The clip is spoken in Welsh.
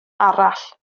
arall